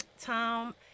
Tom